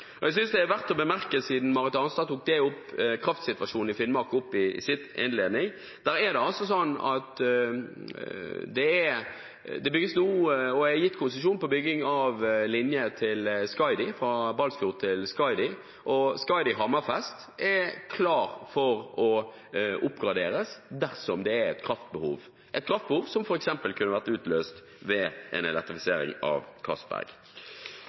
Siden Marit Arnstad tok opp kraftsituasjonen i Finnmark i sitt innlegg, synes jeg det er verdt å bemerke at der bygges det nå – og er gitt konsesjon til bygging av – linje fra Balsfjord til Skaidi. Og Skaidi–Hammerfest er klar for å oppgraderes dersom det er et kraftbehov – et kraftbehov som f.eks. kunne vært utløst ved en elektrifisering av Castberg.